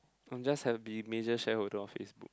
I'm just have to be major shareholder office